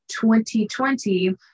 2020